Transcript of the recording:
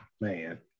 Man